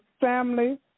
family